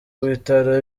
bitaro